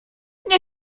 nie